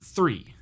Three